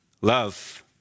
love